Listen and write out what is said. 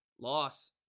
loss